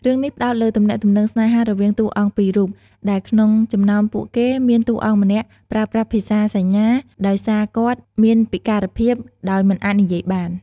រឿងនេះផ្តោតលើទំនាក់ទំនងស្នេហារវាងតួអង្គពីររូប ដែលក្នុងចំណោមពួកគេមានតួរអង្គម្នាក់ប្រើប្រាស់ភាសាសញ្ញា ដោយសារគាត់មានពិការភាពដោយមិនអាចនិយាយបាន ។